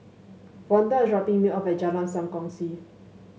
Vonda is dropping me off at Jalan Sam Kongsi